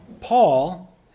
Paul